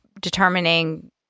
determining